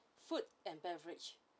food and beverage